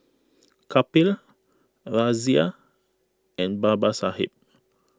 Kapil Razia and Babasaheb